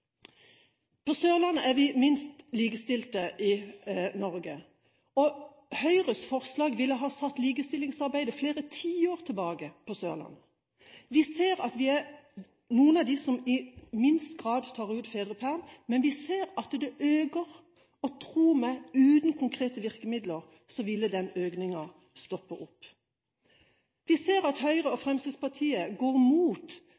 På Sørlandet er vi minst likestilte i Norge. Høyres forslag ville ha satt likestillingsarbeidet flere tiår tilbake på Sørlandet. Vi ser at vi er noen av dem som i minst grad tar ut fedrepermisjon, men vi ser at det øker. Tro meg: Uten konkrete virkemidler ville den økningen stoppet opp. Vi ser at Høyre og Fremskrittspartiet går mot